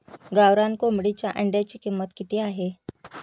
गावरान कोंबडीच्या अंड्याची किंमत किती आहे?